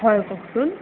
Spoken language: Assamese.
হয় কওঁকচোন